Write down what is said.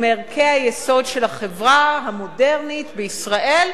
הוא מערכי היסוד של החברה המודרנית בישראל,